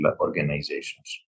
organizations